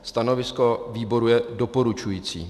Stanovisko výboru je doporučující.